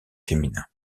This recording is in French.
féminin